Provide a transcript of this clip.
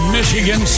Michigan